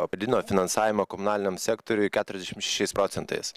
padidino finansavimą komunaliniam sektoriuj keturiasdešim šešiais procentais